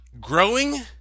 growing